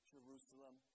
Jerusalem